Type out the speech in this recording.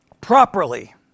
Properly